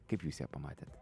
kaip jūs ją pamatėt